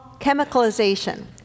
chemicalization